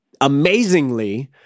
amazingly